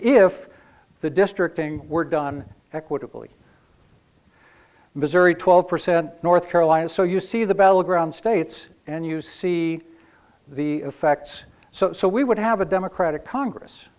if the district ng were done equitably missouri twelve percent north carolina so you see the battleground states and you see the effects so we would have a democratic congress